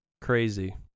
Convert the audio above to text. crazy